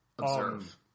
observe